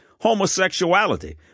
Homosexuality